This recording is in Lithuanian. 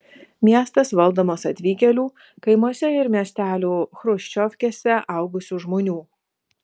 miestas valdomas atvykėlių kaimuose ir miestelių chruščiovkėse augusių žmonių